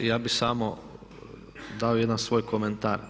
Ja bih samo dao jedan svoj komentar.